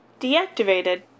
Deactivated